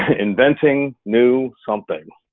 inventing new something.